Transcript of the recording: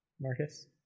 Marcus